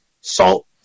Salt